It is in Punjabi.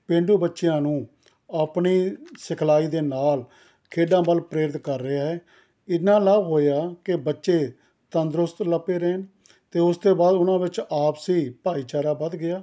ਪੇਂਡੂ ਬੱਚਿਆਂ ਨੂੰ ਆਪਣੀ ਸਿਖਲਾਈ ਦੇ ਨਾਲ ਖੇਡਾਂ ਵੱਲ ਪ੍ਰੇਰਿਤ ਕਰ ਰਿਹਾ ਹੈ ਇਹ ਨਾਲ ਲਾਭ ਹੋਇਆ ਕਿ ਬੱਚੇ ਤੰਦਰੁਸਤ ਲੱਗ ਪਏ ਰਹਿਣ ਅਤੇ ਉਸ ਤੋਂ ਬਾਅਦ ਉਹਨਾਂ ਵਿੱਚ ਆਪਸੀ ਭਾਈਚਾਰਾ ਵੱਧ ਗਿਆ